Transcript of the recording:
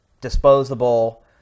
disposable